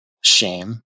shame